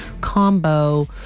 combo